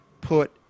put